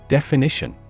Definition